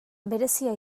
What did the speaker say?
berezia